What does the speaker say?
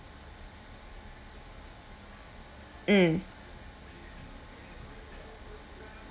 mm